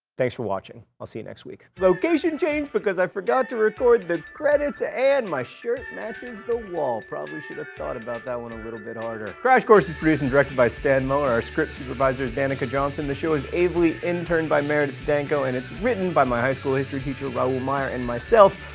thanks for watching. i'll see you next week. location change because i forgot to record the credits, ah and my shirt matches the wall. probably should have thought about that one a little bit harder. crash course is produced and directed by stan muller. our script supervisor is danica johnson, the show is ably interned by meredith danko, and it's written by my high school history teacher raoul meyer and myself.